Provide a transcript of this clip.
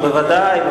בוודאי,